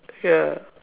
ya